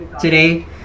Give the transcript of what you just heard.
today